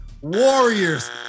warriors